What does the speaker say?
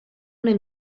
una